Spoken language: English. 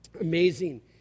Amazing